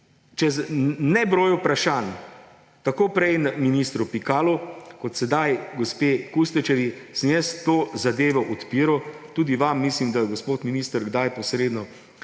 čez nebroj vprašanj tako prej ministru Pikalu kot sedaj gospe Kustec, sem to zadevo odpiral, tudi vam mislim, da gospod minister kdaj posredno,